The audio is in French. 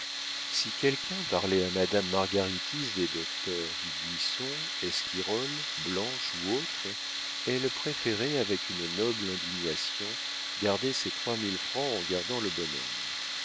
si quelqu'un parlait à madame margaritis des docteurs dubuisson esquirol blanche ou autres elle préférait avec une noble indignation garder ses trois mille francs en gardant le bonhomme